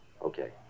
Okay